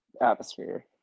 atmosphere